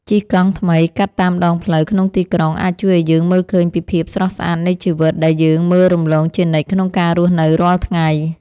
ជិះកង់ថ្មីកាត់តាមដងផ្លូវក្នុងទីក្រុងអាចជួយឱ្យយើងមើលឃើញពីភាពស្រស់ស្អាតនៃជីវិតដែលយើងមើលរំលងជានិច្ចក្នុងការរស់នៅរាល់ថ្ងៃ។